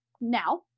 now